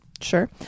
sure